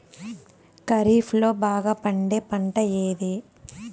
ఖరీఫ్ లో బాగా పండే పంట ఏది?